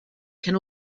can